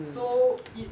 so it